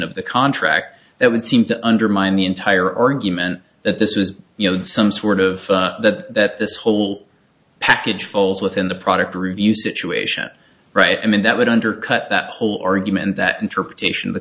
of the contract that would seem to undermine the entire argument that this was you know some sort of that this whole package falls within the product review situation right i mean that would undercut that whole argument that interpretation of the